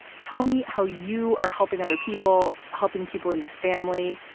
tell me how you are helping other people. helping people in your family.